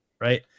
right